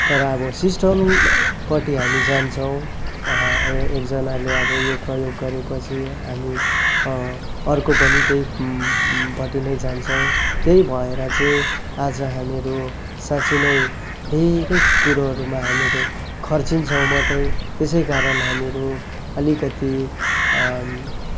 तर अब सिस्टमपट्टि हामी जान्छौँ एकजनाले अब यो प्रयोग गरेपछि हामी अर्को पनि त्यहीपट्टि नै जान्छौँ त्यही भएर चाहिँ आज हामीहरू साँच्चि नै धरै कुरोहरूमा हामीरू खर्चिन्छौँ मात्रै त्यसै कारण हामीरू अलिकति